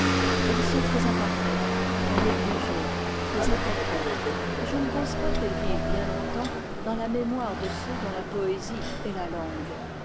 elles sont très imparfaites très négligées très incomplètes et je ne pense pas qu'elles vivent bien long-temps dans la mémoire de ceux dont la poésie est la langue